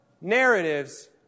narratives